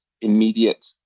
immediate